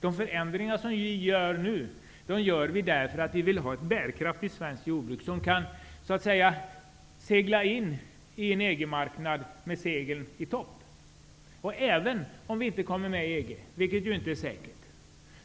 De förändringar som vi genomför nu gör vi därför att vi vill ha ett bärkraftigt svenskt jordbruk, som kan segla in på EG-marknaden med seglen i topp. Även om vi inte kommer med i EG -- vilket inte är säkert